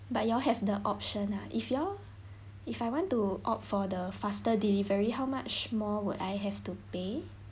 but you all have the option ah if you all if I want to opt for the faster delivery how much more would I have to pay